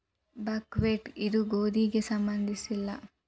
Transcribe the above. buckwheat ಇದು ಗೋಧಿಗೆ ಸಂಬಂಧಿಸಿಲ್ಲ